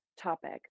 topic